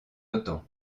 autant